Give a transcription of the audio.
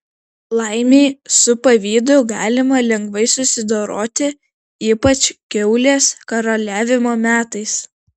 laimei su pavydu galima lengvai susidoroti ypač kiaulės karaliavimo metais